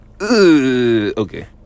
Okay